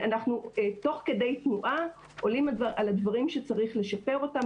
אנחנו תוך כדי תנועה עולים על הדברים שצריך לשפר אותם,